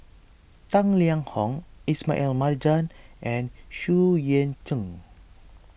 Tang Liang Hong Ismail Marjan and Xu Yuan Zhen